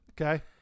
Okay